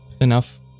enough